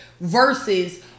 versus